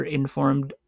informed